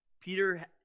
Peter